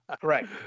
Correct